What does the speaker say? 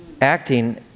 Acting